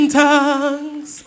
tongues